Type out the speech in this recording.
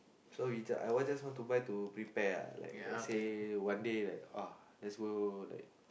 so we just I just wan to buy to prepare ah like like say one day like let's go like